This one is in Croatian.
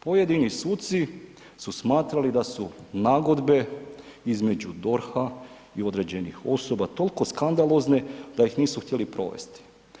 Pojedini suci su smatrali da su nagodbe između DORH-a i određenih osoba toliko skandalozne da ih nisu htjeli provesti.